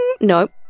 nope